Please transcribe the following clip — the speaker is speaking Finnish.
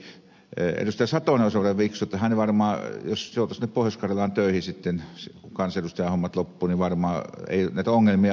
satonen on sen verran fiksu että jos hän joutuisi pohjois karjalaan töihin sitten kun kansanedustajan hommat loppuvat niin varmaan ei näitä ongelmia olisi